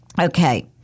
Okay